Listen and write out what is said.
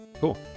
cool